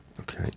Okay